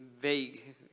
vague